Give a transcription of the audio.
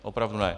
Opravdu ne.